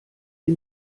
sie